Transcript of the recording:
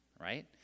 Right